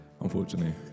unfortunately